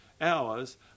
hours